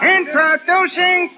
Introducing